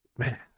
Man